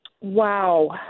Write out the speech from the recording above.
Wow